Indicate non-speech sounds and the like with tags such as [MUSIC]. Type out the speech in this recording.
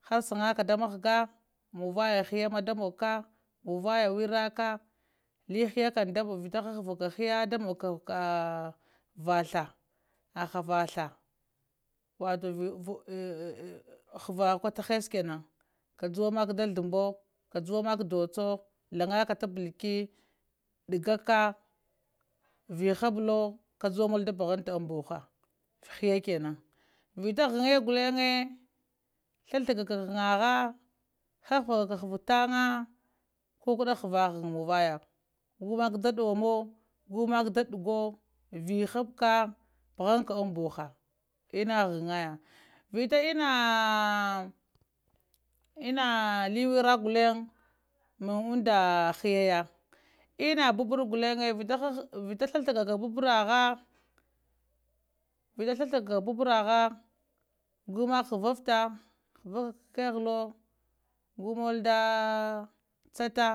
Har sanka da mahga muvaya hiyama da mugka muvaya wira ka li hiyakam vita habavaka hiya da munka [HESITATION] vatha, haha vatha wato [HESITATION] hava kuta hesse kenan kajuwa maka da thambo kajuwa maka docho langka da'at balki dakka vihablo kajuwamolo da bahanta an buha hiya kenan, vita ghan gulleŋe thathagaka ghanha hahəvaka taŋga kukəɗa ghəwa ghaŋ muvaya gumak da ɗomo gumaki dəgo vihaka pəghaŋk ka dan buha inna ghəŋ ya vita ina ina [HESITATION] wiraka gulleŋ məŋ inda hiya ya ina babəry gulleŋ vita sləgaka ta babragha vita sləgaka ta babragha gutteŋ ghavəpta, havəp keghlo gumol da cattaa,